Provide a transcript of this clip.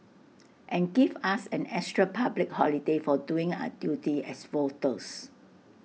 and give us an extra public holiday for doing our duty as voters